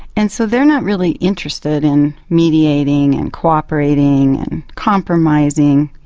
and so they are not really interested in mediating and cooperating and compromising,